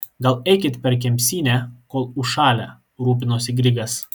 gal eikit per kemsynę kol užšalę rūpinosi grigas